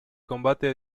combate